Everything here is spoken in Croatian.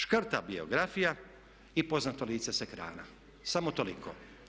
Škrta biografija i poznato lice sa ekrana, samo toliko.